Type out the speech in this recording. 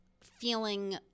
feeling